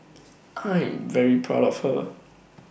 I'm very proud of her